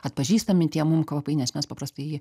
atpažįstami tie mum kvapai nes mes paprastai